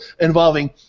involving